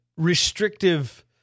restrictive